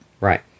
Right